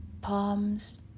palms